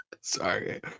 Sorry